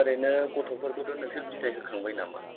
दा ओरैनो गथ'फोरखौथ' नोंसोर बिदाय होखांबाय नामा